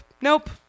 nope